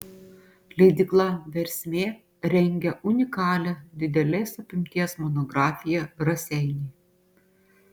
leidykla versmė rengia unikalią didelės apimties monografiją raseiniai